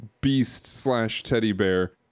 beast-slash-teddy-bear